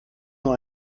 nur